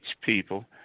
people